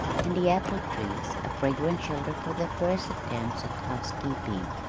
and the apple trees a fragrant shelter for their first attempts at housekeeping.